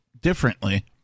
differently